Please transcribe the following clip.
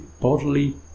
bodily